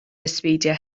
ysbeidiau